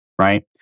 right